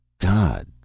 God